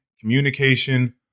communication